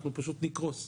אנחנו פשוט נקרוס.